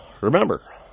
remember